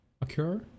occur